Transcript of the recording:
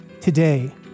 Today